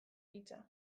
hitza